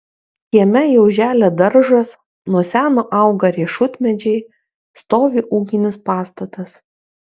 kieme jau želia daržas nuo seno auga riešutmedžiai stovi ūkinis pastatas